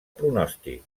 pronòstic